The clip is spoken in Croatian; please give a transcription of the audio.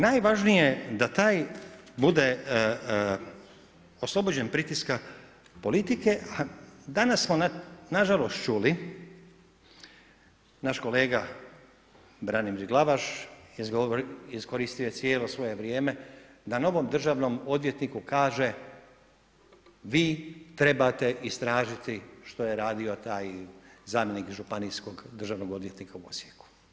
Najvažnije je da taj bude oslobođen pritiska politike a dana smo nažalost čuli, naš kolega Branimir Glavaš iskoristio je cijelo svoje vrijeme da novom državnom odvjetniku kaže vi trebate istražiti što je radio taj zamjenik županijskog državnog odvjetnika u Osijeku.